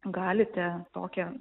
galite tokią